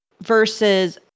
versus